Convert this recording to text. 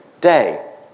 day